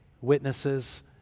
witnesses